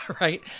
Right